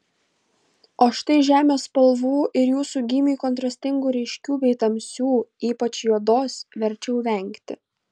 o štai žemės spalvų ir jūsų gymiui kontrastingų ryškių bei tamsių ypač juodos verčiau vengti